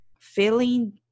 feeling